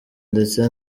ndetse